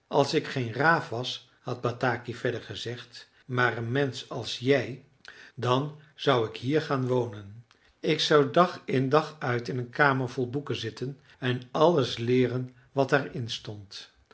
als ik geen raaf was had bataki verder gezegd maar een mensch als jij dan zou ik hier gaan wonen ik zou dag in dag uit in een kamer vol boeken zitten en alles leeren wat er in stond